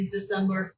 December